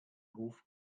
hof